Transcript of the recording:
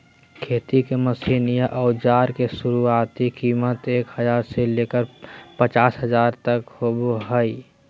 खेती के मशीन या औजार के शुरुआती कीमत एक हजार से लेकर पचास हजार तक होबो हय